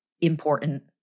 important